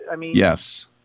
Yes